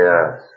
Yes